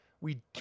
We-